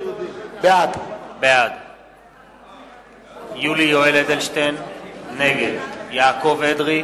בעד יולי יואל אדלשטיין, נגד יעקב אדרי,